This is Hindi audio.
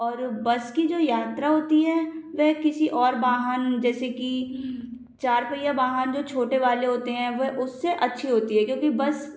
और बस की जो यात्रा होती है वह किसी और वाहन जैसे कि चार पहिया वाहन जो छोटे वाले होते है वे उससे अच्छी होती है क्योंकि बस